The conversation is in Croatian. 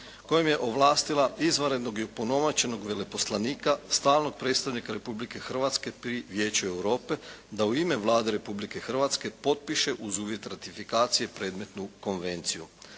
kojom je ovlastila izvanrednog i opunomoćenog veleposlanika, stalnog predstavnika Republike Hrvatske pri Vijeću Europe da u ime Vlade Republike Hrvatske potpiše uz uvjet ratifikacije predmetnu konvenciju.